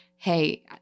hey